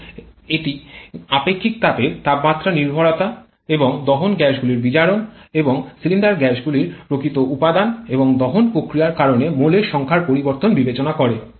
যেমন এটি আপেক্ষিক তাপের তাপমাত্রা নির্ভরতা এবং দহন গ্যাসগুলির বিয়োজন এবং সিলিন্ডার গ্যাসগুলির প্রকৃত উপাদান এবং দহন প্রতিক্রিয়ার কারণে মোলের সংখ্যার পরিবর্তন বিবেচনা করে